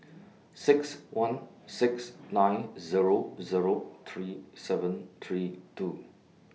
six one six nine Zero Zero three seven three two